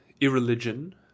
irreligion